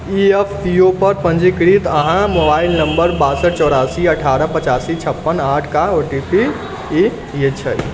ई F P O पर पञ्जीकृत अहाँ मोबाइल नंबर बासठ चौरासी अठारह पचासी छप्पन आठ का ओ टी पी ई छै